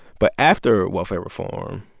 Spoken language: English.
but after welfare reform,